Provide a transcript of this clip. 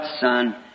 Son